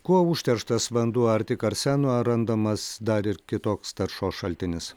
kuo užterštas vanduo ar tik arseno randamas dar ir kitoks taršos šaltinis